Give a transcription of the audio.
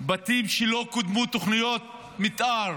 בתים שלא קודמו בהם תוכניות מתאר